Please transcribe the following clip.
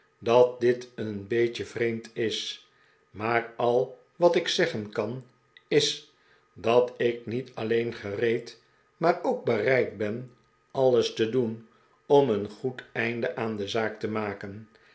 dat dit een beetje vreemd is maar al wat ik zeggen kan is dat ik niet alleen gereed maar ook bereid ben alles te doen om een goed einde aan de zaak te maken